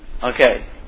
Okay